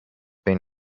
been